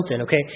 okay